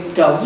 go